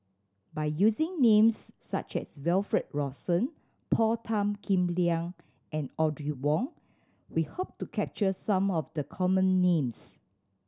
by using names such as Wilfed Lawson Paul Tan Kim Liang and Audrey Wong we hope to capture some of the common names